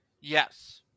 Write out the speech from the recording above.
Yes